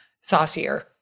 saucier